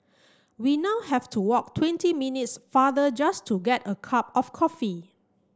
we now have to walk twenty minutes farther just to get a cup of coffee